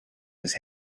his